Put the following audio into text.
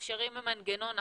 ומאפשרים במנגנון אחר,